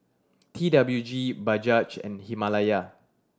T W G Bajaj and Himalaya